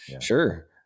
sure